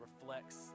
reflects